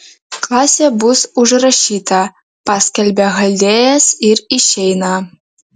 klasė bus užrašyta paskelbia chaldėjas ir išeina